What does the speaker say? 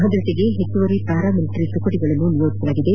ಭದ್ರತೆಗೆ ಹೆಚ್ಚುವರಿ paramilitary ತುಕಡಿಗಳನ್ನು ನಿಯೋಜಿಸಲಾಗಿದೆ